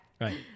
Right